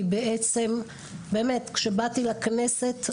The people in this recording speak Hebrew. כי באמת שכשבאתי לכנסת,